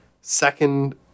second